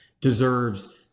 deserves